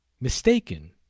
mistaken